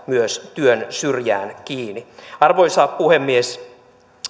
myös työn syrjään kiinni arvoisa puhemies